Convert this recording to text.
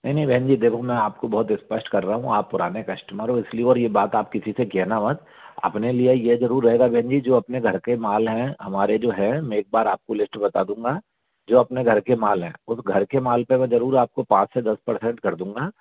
नहीं नहीं बहन जी देखो मैं आपको बहुत स्पष्ट कर रहा हूँ आप पुराने कस्टमर हो इसलिए और यह बात आप किसी से कहना मत अपने लिए यह जरूर रहेगा बहन जी जो अपने घर के माल है हमारे जो है में एक बार आपको लिस्ट बता दूंगा जो अपने घर के माल है घर के माल पर जरूर आपको पाँच से दस परसेंट कर दूंगा